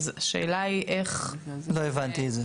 אז השאלה היא איך --- לא הבנתי את זה.